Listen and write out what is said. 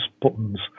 buttons